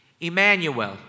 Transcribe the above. Emmanuel